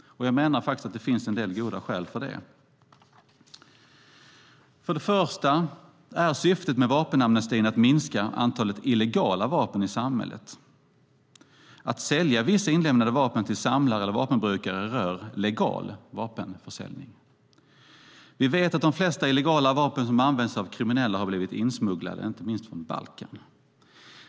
Och jag menar faktiskt att det finns en del goda skäl för det. För det första är syftet med vapenamnestin att minska antalet illegala vapen i samhället. Att sälja vissa inlämnade vapen till samlare eller vapenbrukare rör legal vapenförsäljning. Vi vet att de flesta illegala vapen som används av kriminella har blivit insmugglade, inte minst från Balkan.